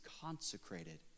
consecrated